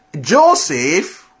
Joseph